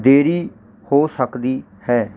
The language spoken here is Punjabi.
ਦੇਰੀ ਹੋ ਸਕਦੀ ਹੈ